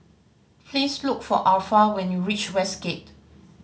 please look for Alpha when you reach Westgate